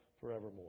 forevermore